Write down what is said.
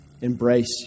Embrace